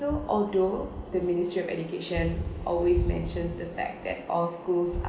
so although the ministry of education always mentions the fact that all schools